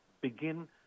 begin